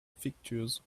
pictures